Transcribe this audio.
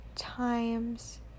times